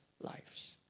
lives